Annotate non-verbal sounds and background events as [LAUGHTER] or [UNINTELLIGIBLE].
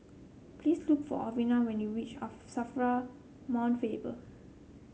please look for Alwina when you reach [UNINTELLIGIBLE] Safra Mount Faber